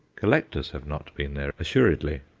collectors have not been there, assuredly.